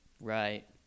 right